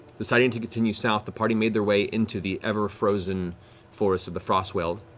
deciding to continue south, the party made their way into the ever-frozen forest of the frostweald.